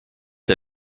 der